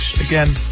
Again